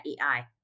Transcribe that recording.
AI